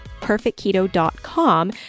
perfectketo.com